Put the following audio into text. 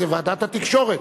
זו ועדת התקשורת,